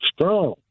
strong